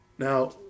Now